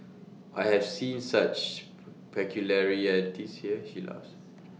I have seen such peculiarities here she laughs